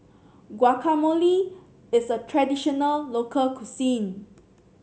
guacamole is a traditional local cuisine